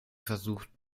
versucht